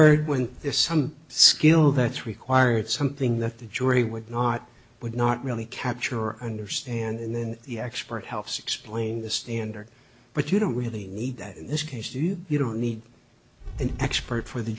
heard when there's some skill that's required something that the jury would not would not really capture understand and then the expert helps explain the standard but you don't really need that in this case do you don't need an expert for the